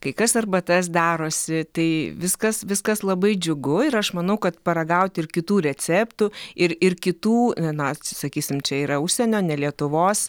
kai kas arbatas darosi tai viskas viskas labai džiugu ir aš manau kad paragauti ir kitų receptų ir ir kitų na sakysim čia yra užsienio ne lietuvos